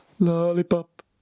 lollipop